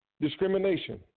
discrimination